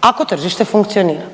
ako tržište funkcionira,